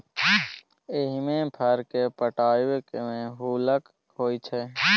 एहिमे फर केँ पटाएब मे हल्लुक होइ छै